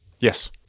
Yes